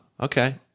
Okay